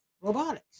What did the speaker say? robotics